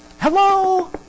Hello